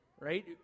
right